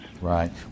Right